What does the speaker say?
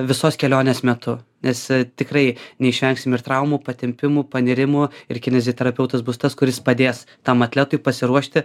visos kelionės metu nes tikrai neišvengsim ir traumų patempimų panerimų ir kineziterapeutas bus tas kuris padės tam atletui pasiruošti